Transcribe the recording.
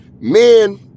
men